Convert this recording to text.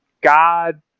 god